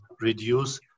reduce